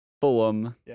Fulham